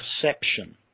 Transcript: perception